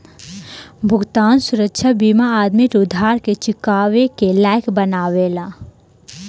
भुगतान सुरक्षा बीमा आदमी के उधार के चुकावे के लायक बनावेला